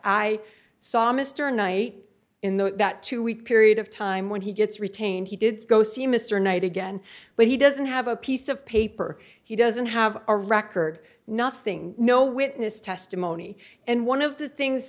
i saw mr knight in the that two week period of time when he gets retained he did go see mr knight again but he doesn't have a piece of paper he doesn't have a record nothing no witness testimony and one of the things